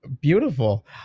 Beautiful